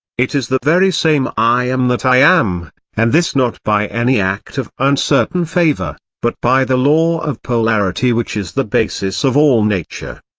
it is the very same i am that i am and this not by any act of uncertain favour, but by the law of polarity which is the basis of all nature.